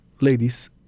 ladies